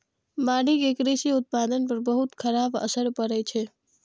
बाढ़ि के कृषि उत्पादन पर बहुत खराब असर पड़ै छै